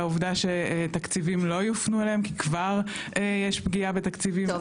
והעובדה שתקציבים לא יופנו אליהם כי כבר יש פגיעה בתקציבים,